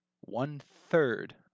one-third